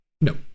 No